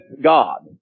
God